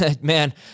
man